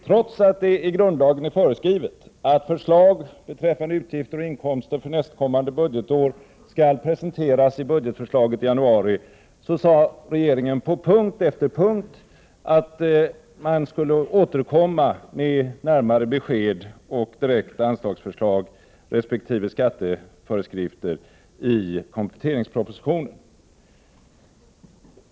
Trots att det i grundlagen är föreskrivet att förslag beträffande utgifter och inkomster för nästkommande budgetår skall presenteras i budgetförslaget i januari, sade regeringen på punkt efter punkt att man skulle återkomma med närmare besked och direkta anslagsförslag resp. skatteföreskrifter i kompletteringspropositionen.